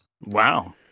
Wow